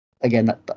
again